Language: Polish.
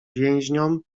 więźniom